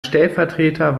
stellvertreter